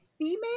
female